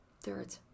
third